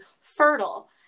fertile